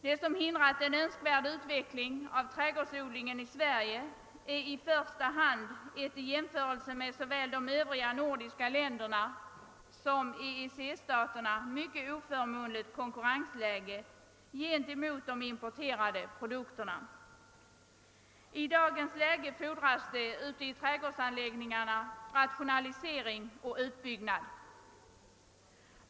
Det som hindrat en önskvärd utveckling av trädgårdsodlingen i Sverige är i första hand ett i jämförelse med såväl de övriga nordiska länderna som EEC-staterna mycket oförmånligt konkurrensläge gentemot de importerade produkterna. I dagens läge fordras det rationalisering och utbyggnad av trädgårdsanläggningarna.